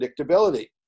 predictability